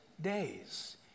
days